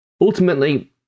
Ultimately